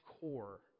core